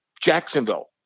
Jacksonville